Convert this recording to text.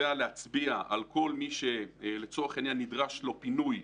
להצביע על כל מי שלצורך העניין נדרש לו פינוי,